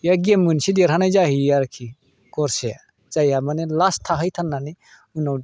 game मोनसे देरहानाय जाहैयो आरोखि गरसे जायहा माने लास्ट थाहैथारनानै उनाव